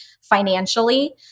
financially